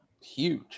huge